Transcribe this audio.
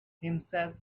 himself